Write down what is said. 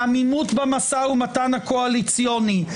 העמימות במשא ומתן הקואליציוני,